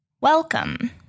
Welcome